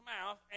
mouth